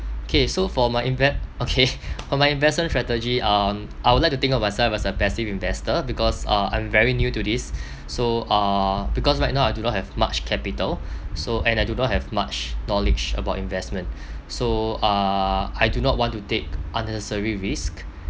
okay so for my invest okay on my investment strategy um I would like to think of myself as a passive investor because uh I'm very new to this so uh because right now I do not have much capital so and I do not have much knowledge about investment so uh I do not want to take unnecessary risks